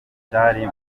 cyari